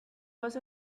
was